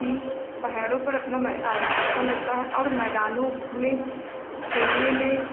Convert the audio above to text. कि पहाड़ों में अपना मैं अच्छा लगता है और मैदानों में खेलने में